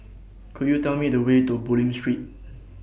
Could YOU Tell Me The Way to Bulim Street